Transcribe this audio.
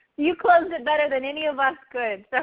you closed it better than any of us could